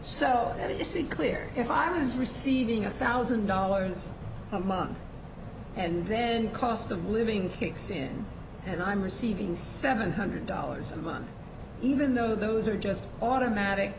be clear if i was receiving a thousand dollars a month and then cost of living kicks in and i'm receiving seven hundred dollars a month even though those are just automatic